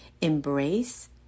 Embrace